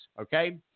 Okay